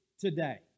today